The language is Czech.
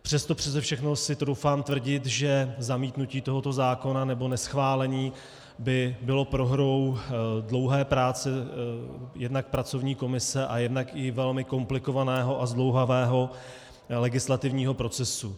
Přes to přese všechno si troufám tvrdit, že zamítnutí tohoto zákona nebo neschválení by bylo prohrou dlouhé práce jednak pracovní komise a jednak i velmi komplikovaného a zdlouhavého legislativního procesu.